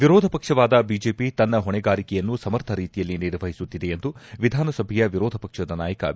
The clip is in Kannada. ವಿರೋಧ ಪಕ್ಷವಾದ ಬಿಜೆಪಿ ತನ್ನ ಹೊಣೆಗಾರಿಕೆಯನ್ನು ಸಮರ್ಥ ರೀತಿಯಲ್ಲಿ ನಿರ್ವಹಿಸುತ್ತಿದೆ ಎಂದು ವಿಧಾನಸಭೆಯ ವಿರೋಧ ಪಕ್ಷದ ನಾಯಕ ಬಿ